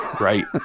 right